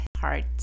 heart